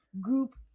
group